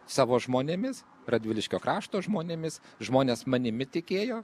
savo žmonėmis radviliškio krašto žmonėmis žmonės manimi tikėjo